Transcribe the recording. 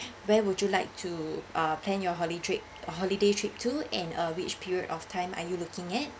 where would you like to uh plan your holiday holiday trip to and uh which period of time are you looking at